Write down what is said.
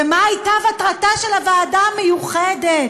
ומה הייתה מטרתה של הוועדה המיוחדת?